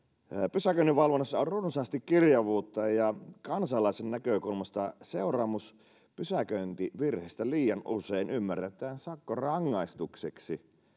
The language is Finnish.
pysäköinninvalvonnassa on runsaasti kirjavuutta ja kansalaisen näkökulmasta seuraamus pysäköintivirheestä liian usein ymmärretään sakkorangaistukseksi